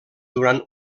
durant